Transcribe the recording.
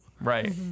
Right